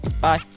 Bye